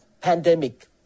pandemic